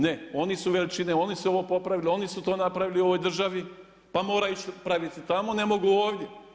Ne oni su veličine, oni su ovo popravili oni su to napravili u ovoj državi, pa mora ići napraviti tamo, ne mogu ovdje.